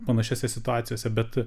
panašiose situacijose bet